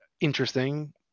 Interesting